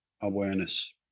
awareness